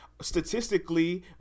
statistically